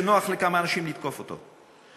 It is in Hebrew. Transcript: שנוח לכמה אנשים לתקוף אותו,